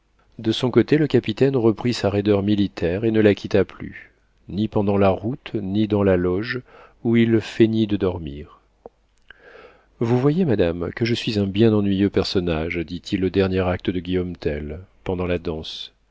de son côté le capitaine reprit sa raideur militaire et ne la quitta plus ni pendant la route ni dans la loge où il feignit de dormir vous voyez madame que je suis un bien ennuyeux personnage dit-il au dernier acte de guillaume tell pendant la danse